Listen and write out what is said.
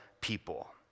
people